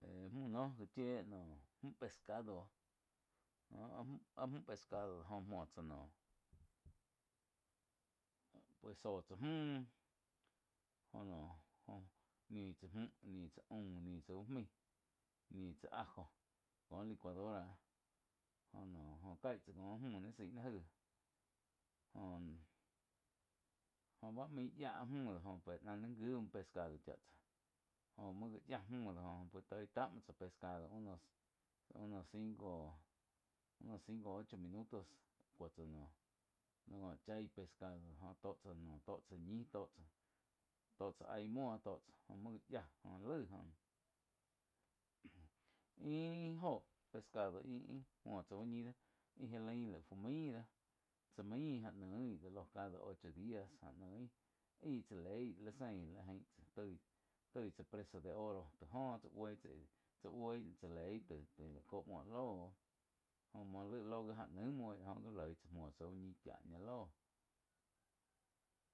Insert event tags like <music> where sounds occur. Müh no gá chíe noh mju pescado, áh mju áh mju pescado joh muo tsá naum. Pues zóh tsá mju joh noh niu tsá muh, niu tsá aum, niu tsá úh main, niu tsá ajo kó licuadora jóh noh jó caíh tsá kó mü naí zái ní jai jo. Jo bá main yiá áh mü doh pe náh ni njui muo pescado jóh muo já yía mü doh joh muo toi cá muo pescado unos cinco, unos cinco, ocho minutos kuo tsá noh có chái pescado tó chá, tó chá, tó cha ñi, tó cha tó cha aí muo tó chá jóh muó já yáh joh laih jóh. <noise> íh-ih óho pescado íh muo tsá úh ñi dó íh já lain laig fu main dóh cha main já noih dó ló cada ocho días áh noí aíh chá leí lí sein ain tsá ti tsá presa de oro óho chá buii tsá ih tsá buí chá leí laig kóh muo lóh, joh lái ló gi ja nain muo jó ji loi tsá muoh tsá úh ñi chá ñá lóh.